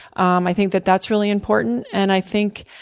um i think that that's really important. and i think,